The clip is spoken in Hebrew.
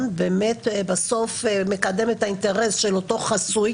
באמת מקדם את האינטרס של אותו חסוי?